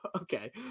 Okay